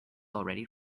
already